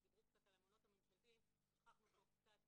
דיברו על המעונות הממשלתיים, שכחנו פה קצת